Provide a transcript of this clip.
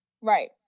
Right